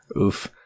Oof